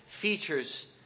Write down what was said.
features